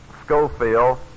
Schofield